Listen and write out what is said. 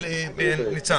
נמשיך.